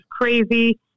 crazy